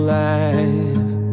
life